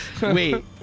Wait